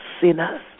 sinners